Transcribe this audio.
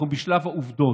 אנחנו בשלב העובדות.